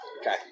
Okay